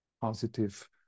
positive